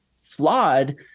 flawed